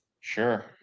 Sure